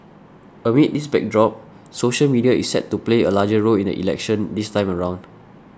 amid this backdrop social media is set to play a larger role in the election this time around